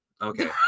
Okay